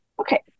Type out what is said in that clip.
Okay